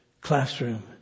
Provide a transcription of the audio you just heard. classroom